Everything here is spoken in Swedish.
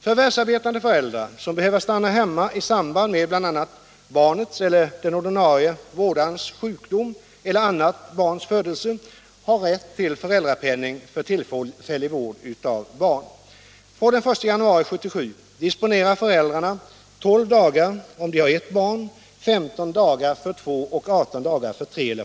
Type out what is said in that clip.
Förvärvsarbetande förälder som behöver stanna hemma i samband med bl.a. barnets eller den ordinarie vårdarens sjukdom eller annat barns födelse har rätt till föräldrapenning för tillfällig vård av barn.